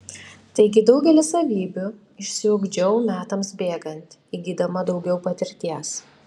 taigi daugelį savybių išsiugdžiau metams bėgant įgydama daugiau patirties